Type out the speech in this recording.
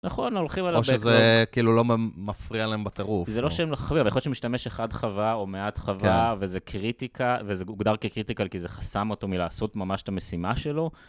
נכון, הולכים על ה-Backlog. או שזה כאילו לא מפריע להם בטירוף. זה לא שהם לא חווי, אבל יכול להיות שמשתמש אחד חווה או מעט חווה, וזה קריטיקה, וזה הוגדר כקריטיקל כי זה חסם אותו מלעשות ממש את המשימה שלו.